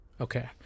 Okay